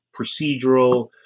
procedural